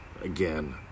again